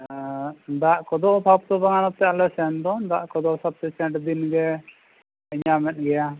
ᱟᱨ ᱫᱟᱜ ᱠᱚᱫᱚ ᱫᱟᱜ ᱠᱚᱫᱚ ᱥᱟᱯᱤᱥᱮᱱᱴ ᱫᱤᱱ ᱜᱮ ᱧᱟᱢᱮᱫ ᱜᱮᱭᱟ